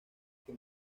que